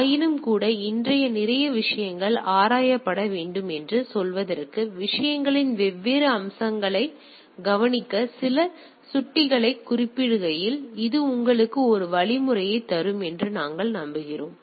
ஆயினும்கூட இன்னும் நிறைய விஷயங்கள் ஆராயப்பட வேண்டும் என்று சொல்வதற்கு விஷயங்களின் வெவ்வேறு அம்சங்களைக் கவனிக்க சில சுட்டிகளைக் குறிப்பிடுகையில் இது உங்களுக்கு ஒரு வழிமுறையைத் தரும் என்று நாங்கள் நம்புகிறோம்